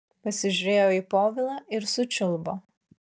pasižiūrėjo į povilą ir sučiulbo